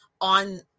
on